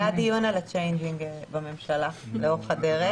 היה דיון על הצ'יינג'ים בממשלה לאורך הדרך.